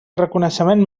reconeixement